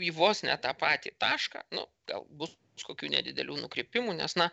į vos ne tą patį tašką nu gal bus kažkokių nedidelių nukrypimų nes na